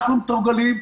אנחנו מתורגלים.